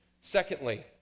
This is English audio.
Secondly